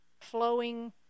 flowing